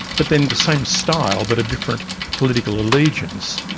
but then the same style but a different political allegiance,